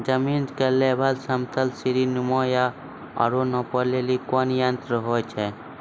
जमीन के लेवल समतल सीढी नुमा या औरो नापै लेली कोन यंत्र होय छै?